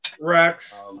rex